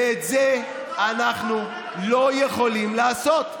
ואת זה אנחנו לא יכולים לעשות.